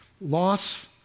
Loss